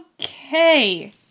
okay